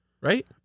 right